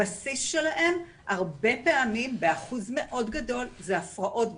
הבסיס שלהם הרבה פעמים באחוז מאוד גדול זה הפרעות בשפה.